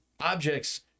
objects